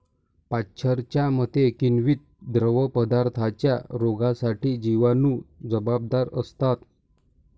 पाश्चरच्या मते, किण्वित द्रवपदार्थांच्या रोगांसाठी जिवाणू जबाबदार असतात